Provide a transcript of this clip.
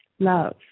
Love